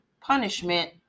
punishment